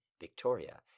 Victoria